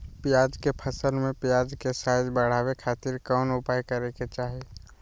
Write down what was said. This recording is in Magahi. प्याज के फसल में प्याज के साइज बढ़ावे खातिर कौन उपाय करे के चाही?